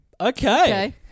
Okay